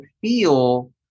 feel